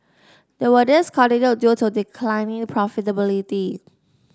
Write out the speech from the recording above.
they were discontinued due to declining profitability